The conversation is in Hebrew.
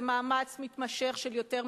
זה מאמץ מתמשך של יותר מעשור,